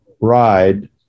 ride